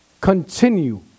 continue